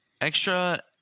Extra